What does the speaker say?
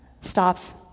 stops